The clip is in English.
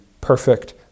perfect